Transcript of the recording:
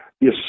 Yes